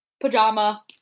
Pajama